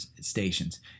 stations